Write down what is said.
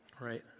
right